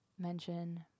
mention